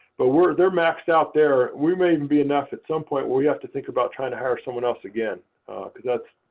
but they're maxed out there. we may even be enough at some point where we have to think about trying to hire someone else again because that's,